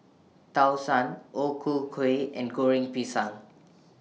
Tau Suan O Ku Kueh and Goreng Pisang